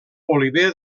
oliver